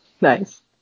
Nice